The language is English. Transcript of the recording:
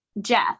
Jeff